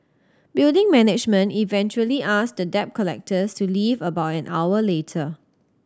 building management eventually asked the debt collectors to leave about an hour later